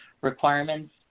requirements